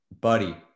Buddy